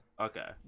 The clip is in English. okay